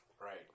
Right